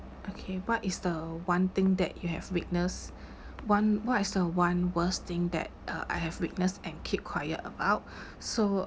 okay what is the one thing that you have witnessed one what is one worst thing that uh I have witnessed and keep quiet about so